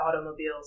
automobiles